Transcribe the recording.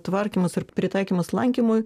tvarkymas ir pritaikymas lankymui